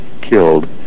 killed